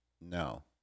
No